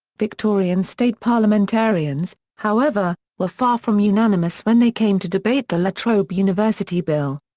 victorian state parliamentarians, however, were far from unanimous when they came to debate the la trobe university bill.